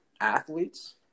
athletes